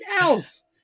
else